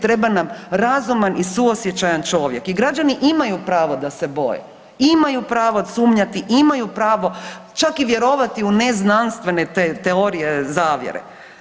Treba nam razuman i suosjećajan čovjek i građani imaju pravo da se boje, imaju pravo sumnjati, imaju pravo čak i vjerovati u neznanstvene teorije zavjere.